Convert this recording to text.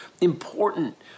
important